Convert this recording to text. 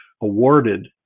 awarded